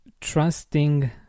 trusting